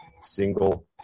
single